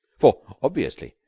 for, obviously,